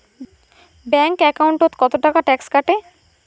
Bank একাউন্টত কতো টাকা ট্যাক্স কাটে?